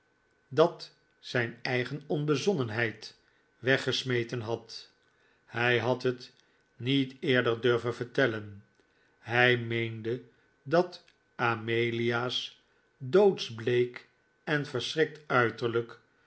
dat zijn eigen onbezonnenheid weggesmeten had hij had het niet eerder durven vertellen hij meende dat amelia's doodsbleek en verschrikt uiterlijk